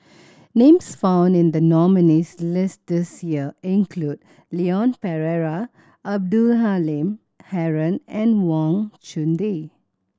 names found in the nominees' list this year include Leon Perera Abdul Halim Haron and Wang Chunde